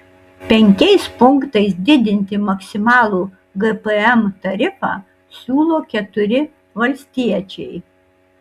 penkiais punktais didinti maksimalų gpm tarifą siūlo keturi valstiečiai